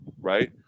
right